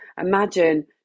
imagine